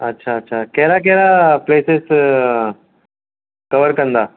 अच्छा अच्छा कहिड़ा कहिड़ा प्लेसिस कवर कंदा